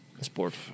sport